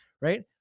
right